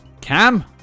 cam